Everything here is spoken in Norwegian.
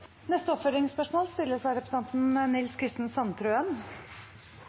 Nils Kristen Sandtrøen